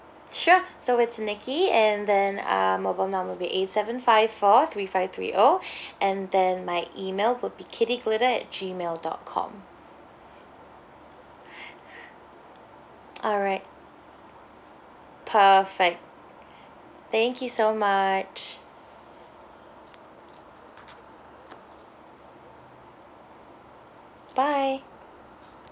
sure so it's nicky and then uh mobile number would be eight seven five four three five three O and then my email would be kitty glitter at G mail dot com alright perfect thank you so much bye